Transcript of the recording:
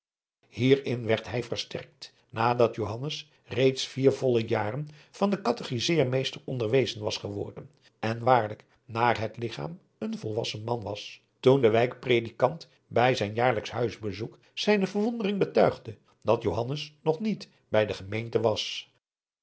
hierin werd hij versterkt nadat johannes reeds vier volle jaren van den katechizeermeester onderwezen was geworden en waarlijk naar het ligchaam een volwassen man was toen de wijk predikant bij zijn jaarlijksch huisbezoek zijne verwondering betuigde dat johannes nog niet bij de gemeente was